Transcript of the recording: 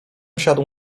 siadł